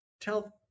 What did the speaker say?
tell